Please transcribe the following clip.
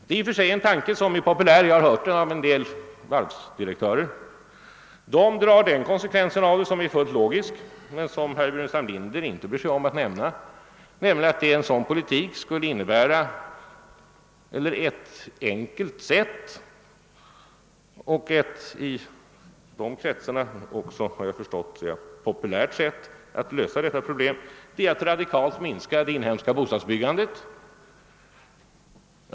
Det är i och för sig en tanke som är populär, och jag har hört den framföras av en hel del varvsdirektörer. De drar den slutsats som är fullt logisk men som herr Burenstam Linder inte bryr sig om att nämna, nämligen att en sådan politik kräver en omdisponering av vårt sparande, och det finns även ett i dessa kretsar populärt sätt att lösa detta problem: man skall radikalt minska det inhemska bostadsbyggandet.